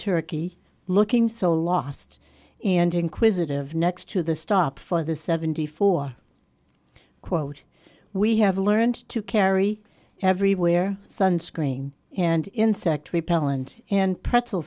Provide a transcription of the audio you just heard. turkey looking so lost and inquisitive next to the stop for the seventy four quote we have learned to carry everywhere sunscreen and insect repellent and pretzel